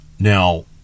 Now